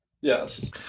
Yes